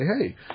hey